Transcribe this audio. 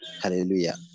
hallelujah